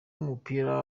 w’umupira